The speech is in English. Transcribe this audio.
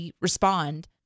respond